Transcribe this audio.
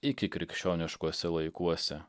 ikikrikščioniškuose laikuose